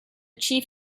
chief